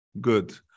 Good